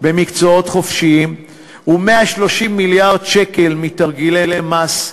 במקצועות חופשיים ו-130 מיליארד שקל מתרגילי מס,